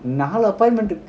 நாலு:naalu appointment